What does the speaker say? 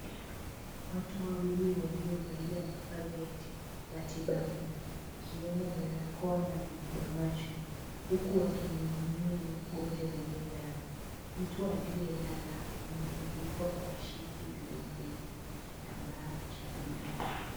Watu wawili, waliovalia mavazi ya matibabu ikiwemo barakoa na viziba macho, huku wakimhudumia mgonjwa aliyelala. Mtu aliyelala amefunikwa kwa shiti nyeupe na kitambaa cha bluu.